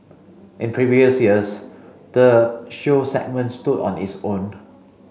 in previous years the show segment stood on its own